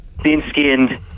thin-skinned